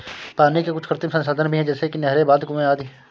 पानी के कुछ कृत्रिम संसाधन भी हैं जैसे कि नहरें, बांध, कुएं आदि